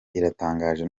iratangaje